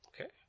okay